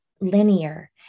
linear